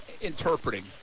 interpreting